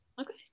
Okay